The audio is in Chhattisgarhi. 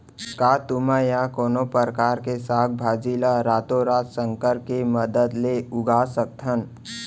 का तुमा या कोनो परकार के साग भाजी ला रातोरात संकर के मदद ले उगा सकथन?